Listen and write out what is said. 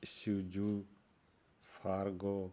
ਸੂਜ਼ੂ Fargo